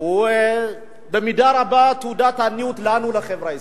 הוא במידה רבה תעודת עניות לנו, לחברה הישראלית.